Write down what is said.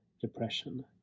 depression